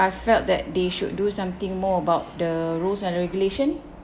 I felt that they should do something more about the rules and regulation